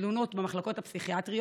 בתלונות במחלקות הפסיכיאטריות?